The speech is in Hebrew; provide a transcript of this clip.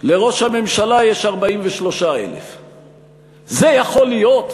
לראש הממשלה יש 43,000. זה יכול להיות?